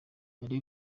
yari